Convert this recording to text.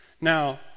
Now